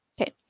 Okay